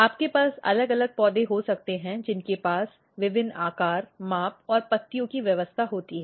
आपके पास अलग अलग पौधे हो सकते हैं जिनके पास विभिन्न आकार माप और पत्तियों की व्यवस्था होती है